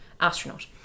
astronaut